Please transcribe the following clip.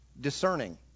discerning